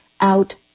out